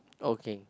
okay